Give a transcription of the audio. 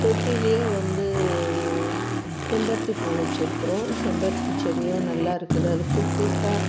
தொட்டிலே வந்து செம்பருத்தி பூ வைச்சிருக்குறோம் செம்பருத்தி செடியும் நல்லா இருக்குது அது குட்டியா